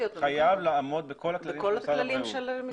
חייב לעמוד בכל הכללים של משרד הבריאות.